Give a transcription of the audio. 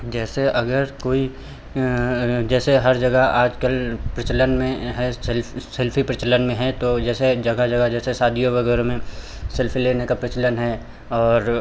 जैसे अगर कोई जैसे हर जगह आज कल प्रचलन में है सेल्फ़ी प्रचलन में है तो जैसे जगह जगह जैसे सादियों वगैरह में सेल्फ़ी लेने का प्रचलन है और